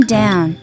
down